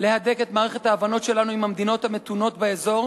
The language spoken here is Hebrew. להדק את מערכת ההבנות שלנו עם המדינות המתונות באזור